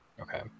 Okay